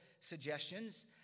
suggestions